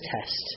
test